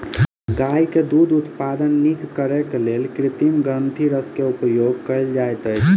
गाय के दूध उत्पादन नीक करैक लेल कृत्रिम ग्रंथिरस के उपयोग कयल जाइत अछि